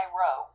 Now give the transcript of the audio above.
row